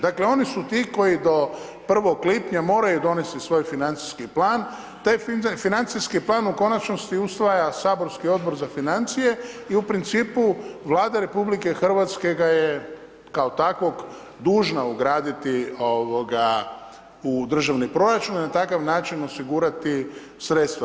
Dakle, oni su ti koji do 1. lipnja moraju donesti svoj financijski plan, taj financijski plan u konačnici usvaja Saborski odbor za financije i u principu Vlada RH ga je kao takvog dužna ugraditi u državni proračun i na takav način osigurati sredstva.